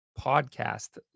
podcast